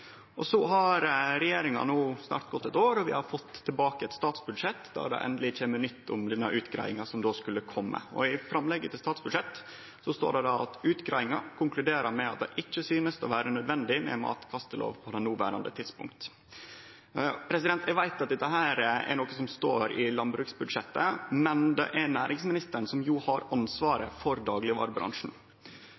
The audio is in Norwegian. og mindre skal i bosset. No har det gått snart eitt år, og vi har fått tilbake eit statsbudsjett der det endeleg kjem nytt om denne utgreiinga som skulle kome. I framlegget til statsbudsjett står det: «Utgreiinga konkluderer med at det ikkje synest å vere nødvendig med ei matkastelov på noverande tidspunkt.» Eg veit at dette er noko som står i landbruksbudsjettet, men det er næringsministeren som har ansvaret